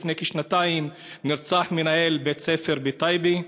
לפני כשנתיים נרצח מנהל בית-ספר בט ייבה,